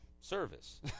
Service